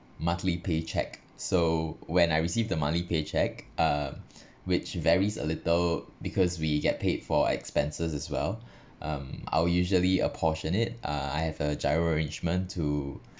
monthly paycheck so when I received the monthly paycheck uh which varies a little because we get paid for expenses as well um I will usually apportion it uh I have a giro arrangement to